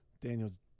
Daniel's